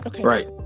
right